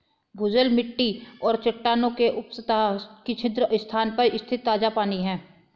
भूजल मिट्टी और चट्टानों के उपसतह छिद्र स्थान में स्थित ताजा पानी है